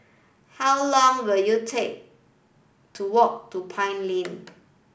how long will you take to walk to Pine Lane